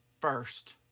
first